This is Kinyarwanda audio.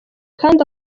kandi